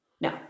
No